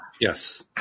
Yes